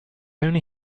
only